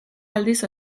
aldiz